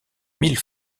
mille